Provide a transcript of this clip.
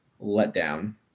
letdown